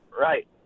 Right